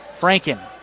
Franken